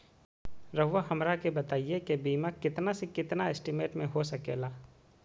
रहुआ हमरा के बताइए के बीमा कितना से कितना एस्टीमेट में हो सके ला?